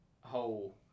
whole